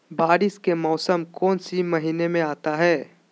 बारिस के मौसम कौन सी महीने में आता है?